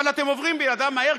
אבל אתם עוברים לידם מהר,